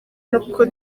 n’uko